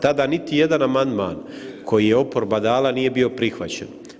Tada niti jedan amandman koji je oporba dala nije bio prihvaćen.